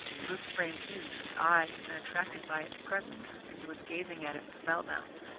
loose-framed youth whose eye had been attracted by its presence, and who was gazing at it, spellbound.